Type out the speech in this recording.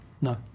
no